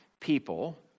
people